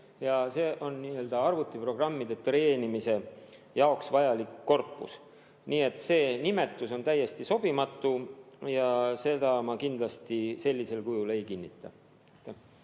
See on arvutiprogrammide treenimise jaoks vajalik korpus. Nii et see nimetus on täiesti sobimatu ja seda ma kindlasti sellisel kujul ei kinnita.